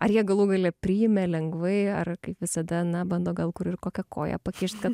ar jie galų gale priėmė lengvai ar kaip visada na bando gal kur ir kokią koją pakišt kad